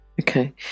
okay